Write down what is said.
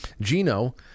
Gino